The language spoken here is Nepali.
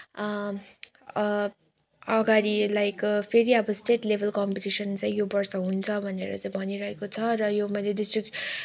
अगाडि लाइक फेरि अब स्टेट लेभल कम्पिटिसन चाहिँ यो बर्ष हुन्छ भनेर चाहिँ भनिरहेको छ र यो मैले डिस्ट्रिक्ट